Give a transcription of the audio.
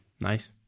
nice